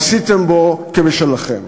ועשיתם בו כבשלכם?